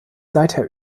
seither